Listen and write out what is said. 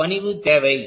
அந்த பணிவு தேவை